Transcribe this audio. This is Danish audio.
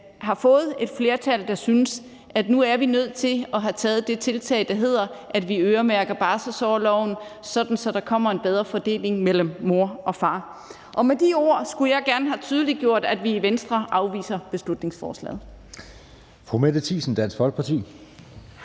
har fået et flertal, der synes, at nu er vi nødt til at have taget det tiltag, der går ud på, at vi øremærker barselsorloven, sådan at der kommer en bedre fordeling mellem mor og far. Med de ord skulle jeg gerne have tydeliggjort, at vi i Venstre afviser beslutningsforslaget.